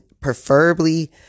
preferably